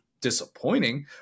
disappointing